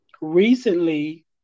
recently